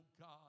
God